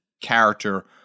character